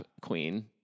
queen